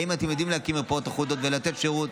האם אתם יודעים להקים מרפאות אחודות ולתת שירות?